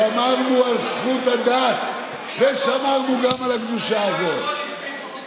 שמרנו על זכות הדת ושמרנו גם על הקדושה הזאת.